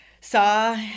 saw